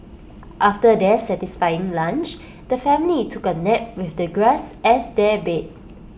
after their satisfying lunch the family took A nap with the grass as their bed